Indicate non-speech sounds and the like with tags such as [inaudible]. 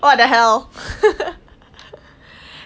what the hell [laughs]